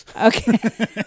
Okay